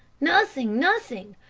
nossing! nossing!